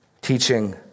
teaching